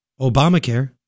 Obamacare